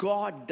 God